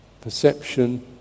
perception